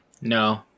No